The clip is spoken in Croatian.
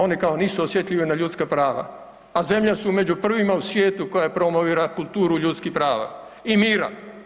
Oni kao nisu osjetljivi na ljudska prava, a zemlja su među prvima u svijetu koja promovira kulturu ljudskih prava i mira.